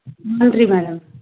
ம் நன்றி மேடம்